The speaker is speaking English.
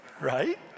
right